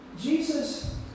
Jesus